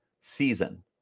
season